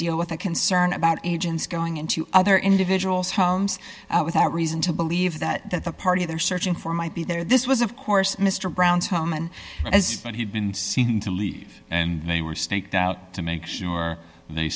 deal with a concern about agents going into other individuals homes without reason to believe that the party they're searching for might be there this was of course mr brown's home and as that he'd been seen to leave and they were staked out to make sure they